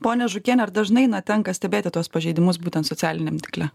ponia žukiene ar dažnai na tenka stebėti tuos pažeidimus būtent socialiniam tinkle